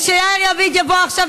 ושיאיר לפיד יבוא עכשיו,